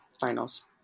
finals